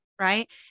right